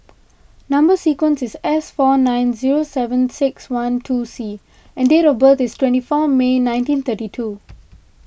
Number Sequence is S four nine zero seven six one two C and date of birth is twenty four May nineteen thirty two